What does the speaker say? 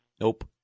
nope